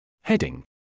Heading